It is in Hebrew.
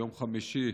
ביום חמישי,